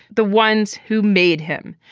the ones who made him.